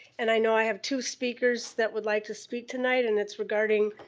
and i know i have two speakers that would like to speak tonight, and it's regarding